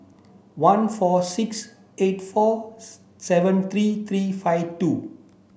one four six eight four seven three three five two